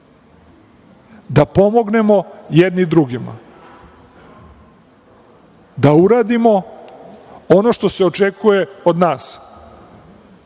da pomognemo jedni drugima, da uradimo ono što se očekuje od nas